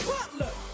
Butler